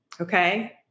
Okay